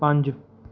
ਪੰਜ